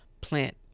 plant